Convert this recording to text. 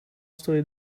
story